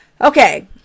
Okay